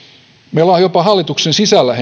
meillä on jopa hallituksen sisällä